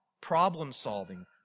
problem-solving